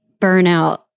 burnout